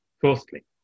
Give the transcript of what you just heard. Fourthly